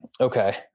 Okay